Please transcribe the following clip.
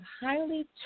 highly